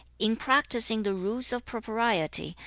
in practising the rules of propriety,